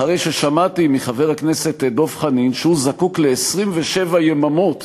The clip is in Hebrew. אחרי ששמעתי מחבר הכנסת דב חנין שהוא זקוק ל-27 יממות